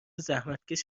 زحمتکش